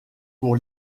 pour